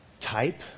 Type